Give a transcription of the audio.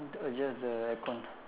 adjust the aircon